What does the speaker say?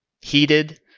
heated